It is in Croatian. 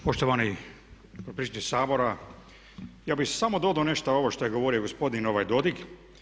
Poštovani potpredsjedniče Sabora, ja bih samo dodao nešto na ovo što je govorio gospodin Dodik.